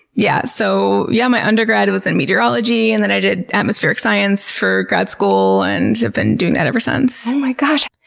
yeah so yeah my undergrad was in meteorology and then i did atmospheric science for grad school and have been doing that ever since. oh my gosh!